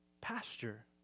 pasture